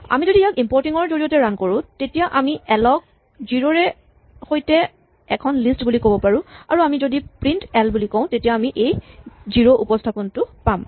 আমি যদি ইয়াক ইম্পৰটিং ৰ জৰিয়তে ৰান কৰোঁ তেতিয়া আমি এল ক ০ মানেৰে সৈতে এখন লিষ্ট বুলি কব পাৰোঁ আৰু আমি যদি প্ৰিন্ট এল বুলি কওঁ তেতিয়া আমি এই ০ উপস্হাপনটো পাম